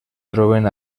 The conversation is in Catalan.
troben